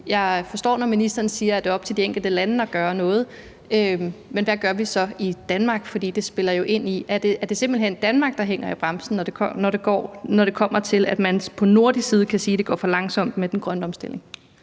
jeg forstår det, når ministeren siger, at det er op til de enkelte lande at gøre noget, men hvad gør vi så i Danmark? Er det simpelt hen Danmark, der hænger i bremsen, når det kommer til, at man fra nordisk side kan sige, at det går for langsomt med den grønne omstilling?